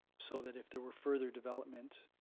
so that if there were further development